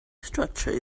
structure